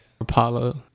Apollo